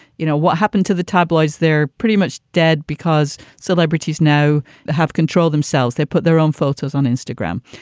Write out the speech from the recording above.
you know, what happened to the tabloids, they're pretty much dead because celebrities now have control themselves. they put their own photos on instagram.